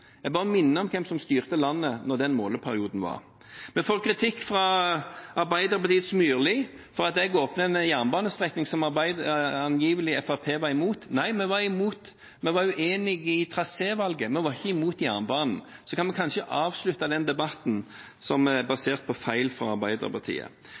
Jeg vil bare minne om hvem som styrte landet da den måleperioden var. Vi får kritikk fra Arbeiderpartiets Myrli for at det ble åpnet en jernbanestrekning som Fremskrittspartiet angivelig var imot. Nei, vi var uenige i trasévalget, vi var ikke imot jernbanen. Så kan vi kanskje avslutte den debatten, som er basert på feil fra Arbeiderpartiet.